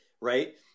right